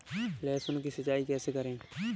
लहसुन की सिंचाई कैसे करें?